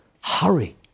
hurry